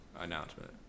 announcement